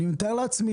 אני מתאר לעצמי,